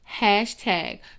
hashtag